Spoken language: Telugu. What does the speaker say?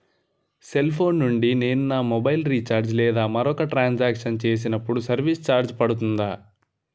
సెల్ ఫోన్ నుండి నేను నా మొబైల్ రీఛార్జ్ లేదా మరొక ట్రాన్ సాంక్షన్ చేసినప్పుడు సర్విస్ ఛార్జ్ పడుతుందా?